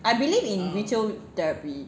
I believe in retail therapy